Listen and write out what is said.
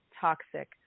toxic